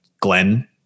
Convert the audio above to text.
Glenn